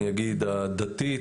הדתית,